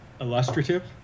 illustrative